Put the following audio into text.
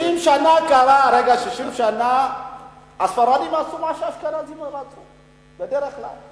60 שנה הספרדים עשו מה שהאשכנזים רצו, בדרך כלל.